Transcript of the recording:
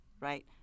right